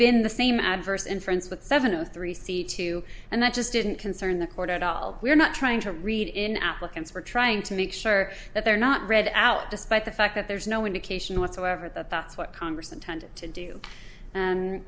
been the same adverse inference with seven o three c two and that just didn't concern the court at all we're not trying to read in applicants for trying to make sure that they're not read out despite the fact that there's no indication whatsoever that that's what congress intended to do and